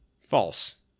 False